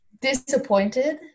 disappointed